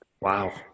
Wow